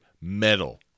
metal